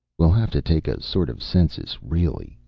we'll have to take a sort of census, really,